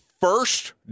first